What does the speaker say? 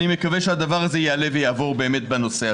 אני מקווה שהדבר הזה יעלה ויעבור באמת בנושא הזה.